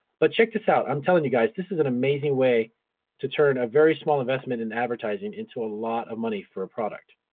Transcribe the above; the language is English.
but, check this out, i'm telling you guys this is an amazing way to turn a very small investment in advertising into a lot of money for a product.